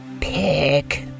Pick